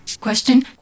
Question